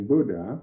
Buddha